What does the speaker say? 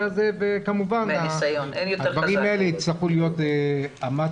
הזה וכמובן הדברים האלה יצטרכו להיות --- לרגלינו.